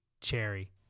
Cherry